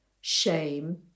shame